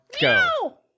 go